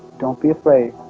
don't be afraid